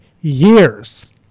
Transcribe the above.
years